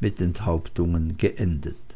mit enthauptungen geendigt